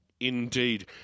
Indeed